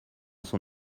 son